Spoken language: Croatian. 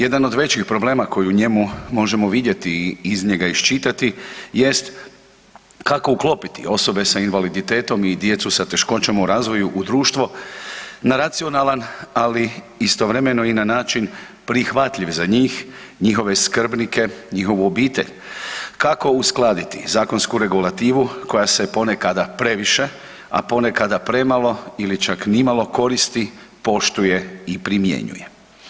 Jedan od većih problema koji u njemu možemo vidjeti i iz njega iščitati jest kako uklopiti osobe sa invaliditetom i djecu sa teškoćama u razvoju u društvo na racionalan, ali istovremeno i na način prihvatljiv za njih, njihove skrbnike, njihovu obitelj, kako uskladiti zakonsku regulativu koja se ponekada previše, a ponekada premalo ili čak nimalo koristi, poštuje i primjenjuje.